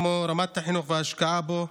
כמו רמת החינוך וההשקעה בו,